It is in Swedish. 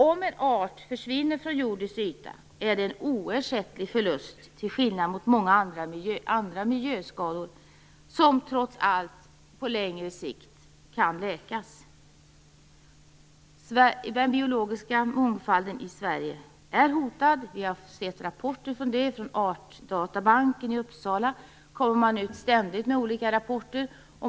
Om en art försvinner från jordens yta är det en oersättlig förlust, till skillnad från många andra miljöskador, som trots allt på längre sikt kan läkas. Den biologiska mångfalden i Sverige är hotad. Vi har sett rapporter om det. Artdatabanken i Uppsala kommer ständigt ut med olika rapporter.